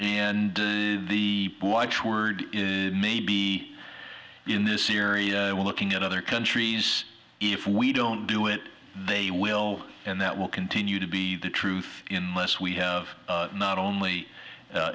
and the watchword may be in this area we're looking at other countries if we don't do it they will and that will continue to be the truth in less we have not only